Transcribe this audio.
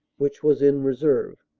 which was in reserve.